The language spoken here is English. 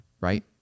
right